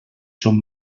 són